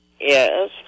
Yes